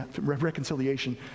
reconciliation